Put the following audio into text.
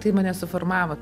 tai mane suformavo